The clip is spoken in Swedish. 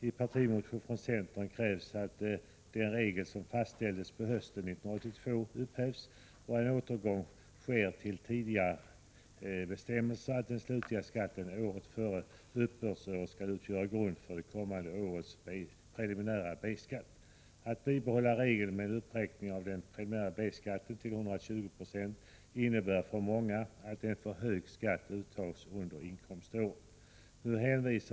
I en partimotion från centern krävs att den regel som fastställdes på hösten 1982 upphävs och att en återgång sker till tidigare bestämmelse om att den slutliga skatten året före uppbördsåret skall utgöra grund för det kommande årets preliminära B-skatt. Ett bibehållande av regeln med en uppräkning av den preliminära B-skatten till 120 96 skulle för många innebära att en för hög skatt uttas under inkomståret.